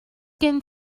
gen